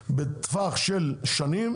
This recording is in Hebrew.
לפתרון הקצה בטווח של שנים,